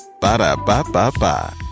ba-da-ba-ba-ba